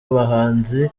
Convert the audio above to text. abahanzi